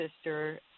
sister